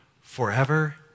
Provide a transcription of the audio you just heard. forever